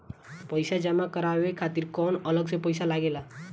पईसा जमा करवाये खातिर कौनो अलग से पईसा लगेला?